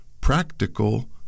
practical